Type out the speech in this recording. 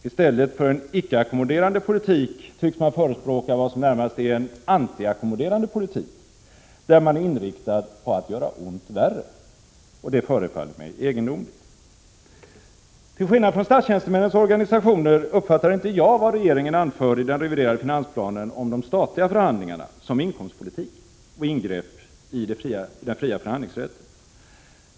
I stället för en icke-ackommoderande politik tycks man förespråka vad som närmast är en anti-ackommoderande politik, där man är inriktad på att göra ont värre. Detta förefaller mig egendomligt. Till skillnad från statstjänstemännens organisationer uppfattar inte jag vad regeringen anför i den reviderade finansplanen om de statliga förhandlingarna som inkomstpolitik och ingrepp i den fria förhandlingsrätten.